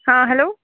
ہاں ہلو